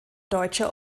deutsche